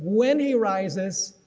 when he rises,